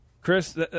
Chris